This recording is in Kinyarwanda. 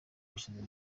bashinzwe